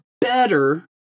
better